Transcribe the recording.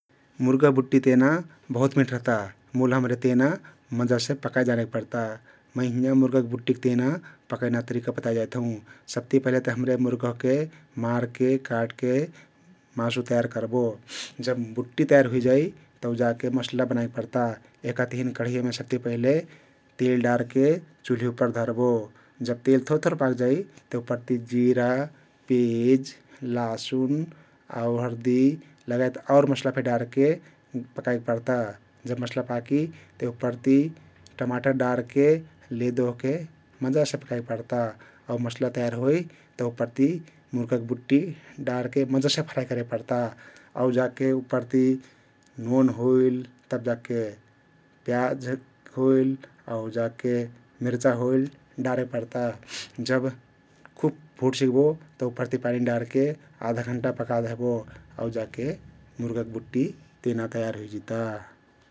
मुर्गा बुट्टी तेना बहुत मिठ रहता मुल हम्रे तेना मजासे पकाइ जानेक पर्ता । मै हिंयाँ मुर्गा बुट्टीक तेना पकैना तरिका बताइ जाइत हउँ । सबति पहिलेत हम्रे मुर्गा ओहहके मारके, काट्के मासु तयार करबो । जब बुट्टी तयार हुइजाइ तउ जाके मसला बनाइक पर्ता । यहका तहिन कढैयामे सबती पहिले तेल डारके चुल्ही उप्पर धरबो । जब तेल थोर थोर पाकजइ उप्परती जिरा, पेज, लासुन, आउ हरदी लगायत आउर मसला फे डारके पकाइक पर्ता । जब मसला पाकी तउ उप्परती टमाटर डारके लेदो ओहके मजासे पकइक पर्ता आउ मसला तयार होइ तउ उप्परति मुर्गा बुट्टी डारके मजासे फ्राई करे पर्ता आउ जाके उप्परति नोन होइल, तब जाके प्याज होइल आउ जाके मिर्चा होइल डारे पर्ता । जब खुब भुठ सिक्बो तउ उप्परति पानी डारके आधा घण्टा पकादेहबो आउ जाके मुर्गा बुट्टी तेना तयार हुइ जिता ।